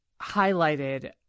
highlighted